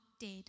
dead